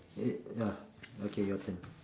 eh ya okay your turn